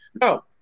no